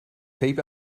peep